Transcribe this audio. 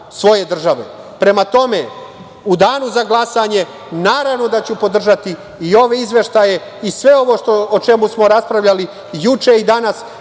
svoje države. Prema tome, u danu za glasanje naravno da ću podržati i ove izveštaje i sve ovo o čemu smo raspravljali juče i danas,